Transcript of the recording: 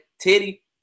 titty